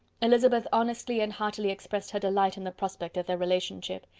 elizabeth honestly and heartily expressed her delight in the prospect of their relationship.